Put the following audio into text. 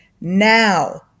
Now